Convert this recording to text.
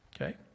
Okay